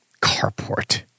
Carport